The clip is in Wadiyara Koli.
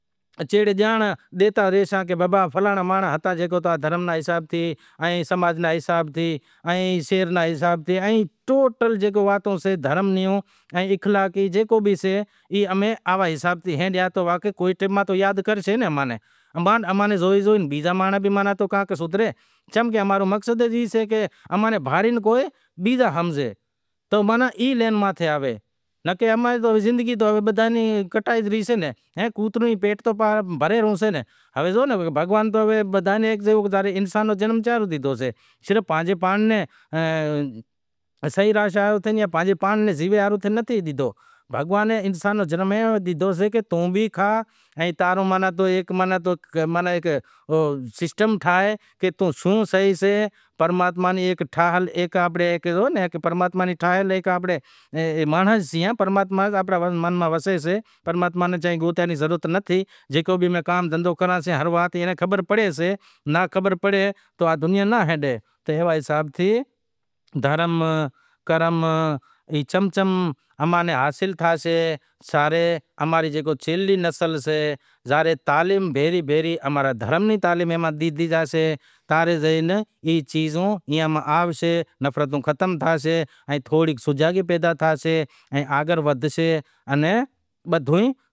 ویواہ بیواہ سئہ، لگن سئہ تو کوئی منگنڑی سئہ ایوی ایوی چیزاں را دھرم رے بارا میں سمجھانڑی ہلانسے کی بھئی خاص کرے قوم ناں سجاگ کراسےئ کی جیکو بھ تھائے وڈیاری قوم ہماری آگر آوے تو اماں رے آونڑا ری نسل کجھ سجاگ ہوئے، غلامی تے چھیڑے ہوئے، غلامی تو ہماں رے موٹاں تو جام کری ہماں ری کوشش تو اے لاگل پڑی سے کہ ہماں ری نسلوں غلامی ناں کرے۔ جیکو بھی سئہ امیں پانجو کام دھندھو کراں سئے، ہر چیز کراں پسے امیں غلامی کراں سئے پر فائدو کوئی ناں سئے۔ ای اماںری کوشش لاگل پڑی سئے کہ ہماں ری قوم وڈیاری قوم جیکو سئہ اے ناں اماں آگر لائیسیں، بنیوں سئے آز تو تھی ہوارے نتھی، خاص کرے ہنر سئے تعلیم سئے ایوی ایوی چیزوں جیکو کوئی ڈاکٹری میں لاگیتھو، کوئی منڈی میں لاگیتھو، کوئی ہنر میں لاگیتھو کوئی شیکھوا لاگیتھو مچلب کجھ ناں کجھ رکشا تے ایوا نمونے گزارو کرے مطلب پانھنجو سسٹم ٹھاوو سئے۔ ای اماں ری کوشش لاگل پڑی سے کہ جیکو بھی سئہ ودھ میں ودھ وڈیارا قوم جیکو بھی سئہ ای آگر آوے آن اماں رے آوانڑا ری نسل جیکو سئہ ای کامیاب تھیاوے۔ کامیابی رو مطلب ای سئے کہ امیں تو فاٹل لگڑاں میں زندگی کاٹی سئے مگر اماں را اولاد باڑاں ناں سجاگ کراں، خاص کرے کو ڈاکٹر ہوئے ماستر تھائے تو کوئی ایوا نمونے تی امیں پرماتما نیں پرارتھنا کراں سئہ کہ اماں ری قوم جیکو بھی سئہ پوئتے سئہ کجھ تھاں رو آشریواد ہوئے تمیں آگر لاوا چاہیا سئے جیکو بھی پرماتما ری طرح جیکو بھی سئہ ای اماں ری ہیلپ وغیرا جیکو بھی سئے ایں اماں ری قوم